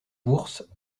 bourse